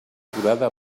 durada